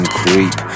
creep